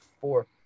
four